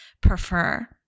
prefer